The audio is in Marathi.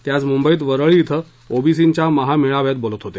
ते आज मुंबईत वरळी ॐ ओबिसींच्या महामेळाव्यात बोलत होते